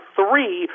three